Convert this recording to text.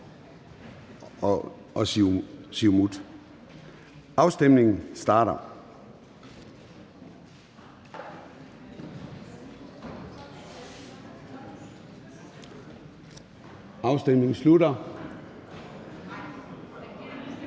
afstemningen starter. Afstemningen slutter.